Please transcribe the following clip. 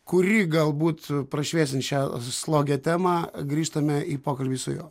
kuri galbūt prašviesins šią slogią temą grįžtame į pokalbį su juo